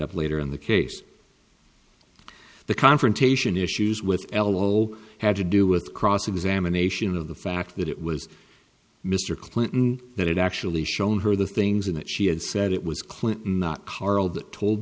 up later in the case the confrontation issues with elmo had to do with cross examination of the fact that it was mr clinton that it actually shown her the things that she had said it was clinton